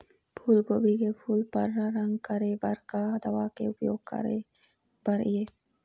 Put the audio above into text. फूलगोभी के फूल पर्रा रंग करे बर का दवा के उपयोग करे बर ये?